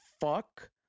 fuck